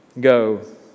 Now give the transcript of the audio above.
go